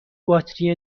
باتری